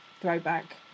throwback